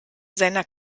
seiner